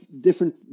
different